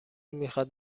میخاد